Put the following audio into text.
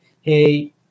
hey